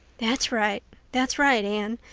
that's right that's right, anne.